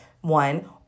one